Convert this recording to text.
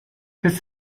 his